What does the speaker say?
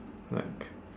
like